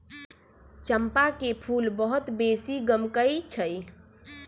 चंपा के फूल बहुत बेशी गमकै छइ